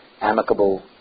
amicable